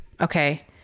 Okay